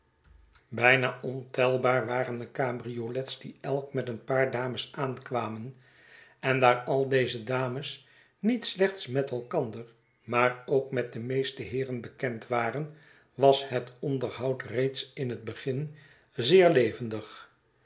bijna ontelbaar waren de cabriolets die elk met een paar dames aankwamen en daar al deze dames niet slechts met elkander maar ook met de meeste heeren bekend waren was het onderhoud reeds in het begin zeer levendig